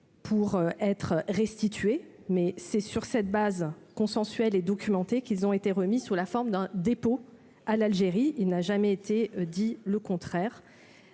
Pour être restituées, mais c'est sur cette base consensuelle et documenter qu'ils ont été remis sous la forme d'un dépôt à l'Algérie, il n'a jamais été dit le contraire,